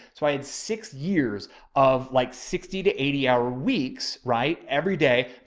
so i had six years of like sixty to eighty hour weeks, right. every day,